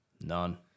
None